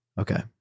Okay